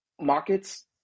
markets